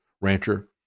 rancher